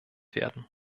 werden